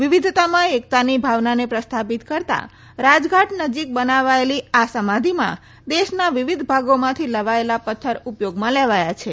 વિવિધતામાં એકતાની ભાવનાને પ્રસ્થાપિત કરતાં રાજઘાટ નજીક બનાવાયેલી આ સમાધિમાં દેશના વિવિધ ભાગોમાંથી લવાયેલા પથ્થર ઉપયોગમાં લેવાયા છે